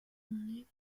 nées